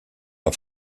auf